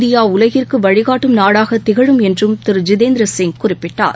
India உலகிற்கு வழிகாட்டும் நாடாக என்றம் திகழும் திரு ஜிதேந்திர சிங் குறிப்பிட்டார்